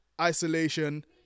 isolation